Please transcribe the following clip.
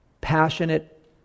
passionate